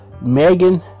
Megan